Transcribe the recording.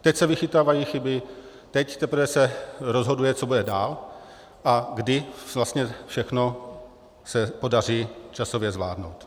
Teď se vychytávají chyby, teď teprve se rozhoduje, co bude dál a kdy vlastně všechno se podaří časově zvládnout.